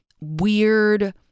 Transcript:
weird